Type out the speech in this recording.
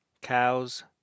Cows